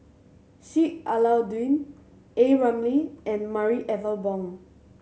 Sheik Alau'ddin A Ramli and Marie Ethel Bong